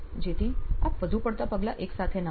જેથી આપ વધુ પડતા પગલાં એકસાથે ન લો